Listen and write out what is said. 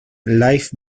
life